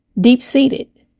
Deep-seated